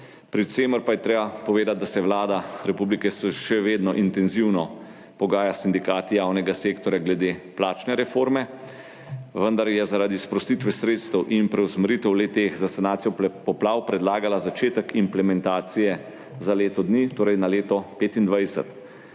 pri čemer pa je treba povedati, da se Vlada Republike Slovenije še vedno intenzivno pogaja s sindikati javnega sektorja glede plačne reforme, vendar je zaradi sprostitve sredstev in preusmeritev le-teh za sanacijo poplav predlagala [zamik] začetka implementacije za leto dni, torej na leto 2025.